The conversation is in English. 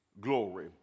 glory